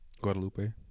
Guadalupe